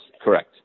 correct